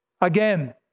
Again